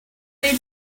need